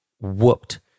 whooped